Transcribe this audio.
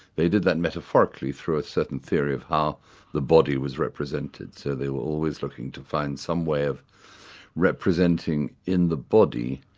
they did that metaphorically through a certain theory of how the body was represented, so they were always looking to find some way of representing in the body,